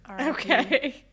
Okay